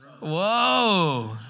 Whoa